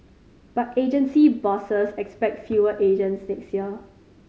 but agency bosses expect fewer agents next year